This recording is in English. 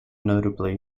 notably